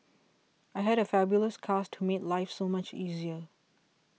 I had a fabulous cast to made life so much easier